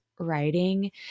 writing